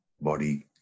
body